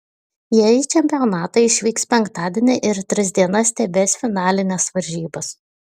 jie į čempionatą išvyks penktadienį ir tris dienas stebės finalines varžybas